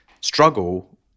struggle